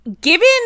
given